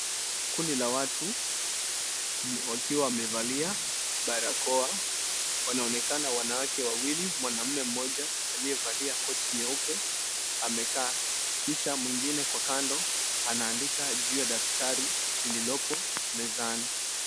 Kundi la watu wakiwa wamevalia barakoa wanaonekana wanawake wawili, mwanaume mmoja aliyevalia koti nyeupe amekaa, kisha mwingine kwa kando anaandika juu ya daftari lililopo mezani.